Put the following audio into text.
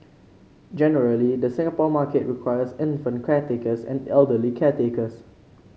generally the Singapore market requires infant caretakers and elderly caretakers